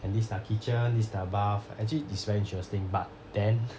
and this their kitchen this their bath actually is very interesting but then